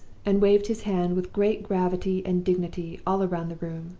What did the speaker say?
and waved his hand with great gravity and dignity all round the room.